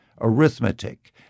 arithmetic